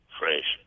fresh